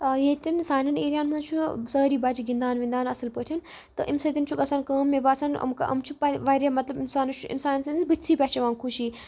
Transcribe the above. ییٚتٮ۪ن سانٮ۪ن ایریاہَن منٛز چھُ سٲری بَچہِ گِنٛدان وِنٛدان اَصٕل پٲٹھۍ تہٕ اَمہِ سۭتۍ چھُ گژھان کٲم مےٚ باسَان یِم یِم چھِ واریاہ مطلب اِنسانَس چھُ اِنسان سٕنٛدِس بٕتھۍسٕے پٮ۪ٹھ چھِ یِوان خوشی